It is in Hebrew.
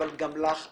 אבל גם לך אמרתי,